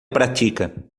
pratica